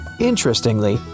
Interestingly